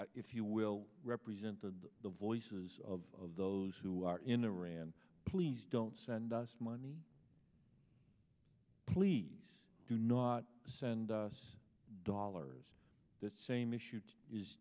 iran if you will represent the the voices of those who are in iran please don't send us money please do not send us dollars the same issue